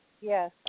Yes